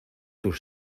tus